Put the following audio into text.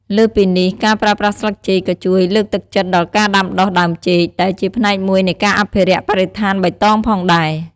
លើសពីនេះ ការប្រើប្រាស់ស្លឹកចេកក៏ជួយ លើកទឹកចិត្តដល់ការដាំដុះដើមចេក ដែលជាផ្នែកមួយនៃការអភិរក្សបរិស្ថានបៃតងផងដែរ។